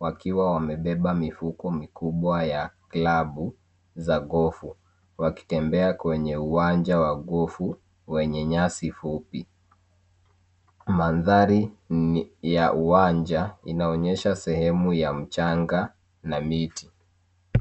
wakiwa wamebeba mifuko mikubwa ya glavu za golf wakitembea kwenye uwanja wa golf wenye nyasi fupi. Mandhari ya ya uwanja inaonyesha sehemu ya mchanga na miti.